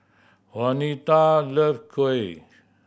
Wanita love kuih